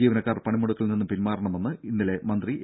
ജീവനക്കാർ പണിമുടക്കിൽ നിന്ന് പിൻമാറണമെന്ന് ഇന്നലെ മന്ത്രി എ